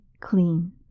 clean